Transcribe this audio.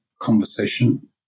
conversation